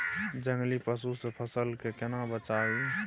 जंगली पसु से फसल के केना बचावी?